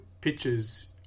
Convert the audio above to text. pictures